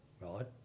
right